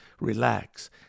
relax